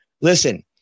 listen